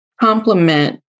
complement